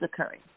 occurring